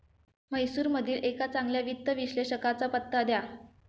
म्हैसूरमधील एका चांगल्या वित्त विश्लेषकाचा पत्ता द्या